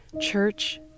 church